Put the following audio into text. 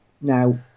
Now